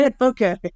okay